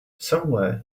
somewhere